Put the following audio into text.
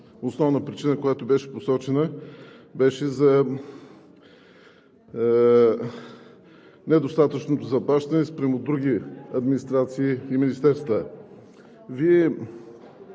основна причина, която беше посочена, е за недостатъчното заплащане спрямо други администрации и министерства.